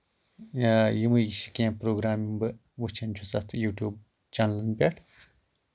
یا یمے چھُ کیٚنٛہہ پروگرام یِم بہٕ وٕچھان چھُس اَتھ یوٹیوب چیٚنلن پٮ۪ٹھ